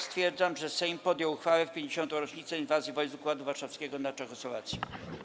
Stwierdzam, że Sejm podjął uchwałę w 50. rocznicę Inwazji wojsk Układu Warszawskiego na Czechosłowację.